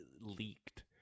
leaked